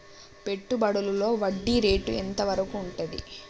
పెట్టుబడులలో వడ్డీ రేటు ఎంత వరకు ఉంటది?